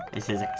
this is